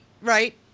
Right